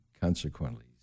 consequently